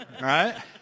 right